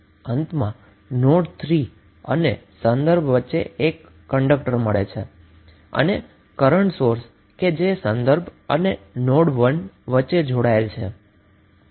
અંતમાં નોડ 3 અને reference node વચ્ચે તમારી પાસે એક કન્ડક્ટર છે અને કરન્ટ સોર્સ કે જે રેફરંસ અને નોડ 1 વચ્ચે જોડાયેલ છે